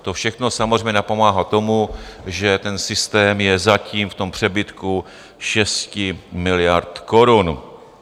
To všechno samozřejmě napomáhá tomu, že ten systém je zatím v přebytku 6 miliard korun.